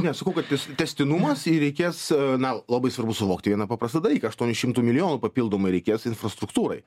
ne sakau kad tęs tęstinumas jei reikės a na labai svarbu suvokti vieną paprastą dalyką aštuonių šimtų milijonų papildomai reikės infrastruktūrai